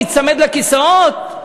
להיצמד לכיסאות?